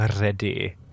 ready